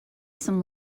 some